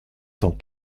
cent